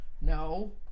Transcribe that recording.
No